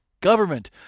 government